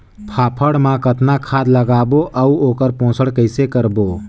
फाफण मा कतना खाद लगाबो अउ ओकर पोषण कइसे करबो?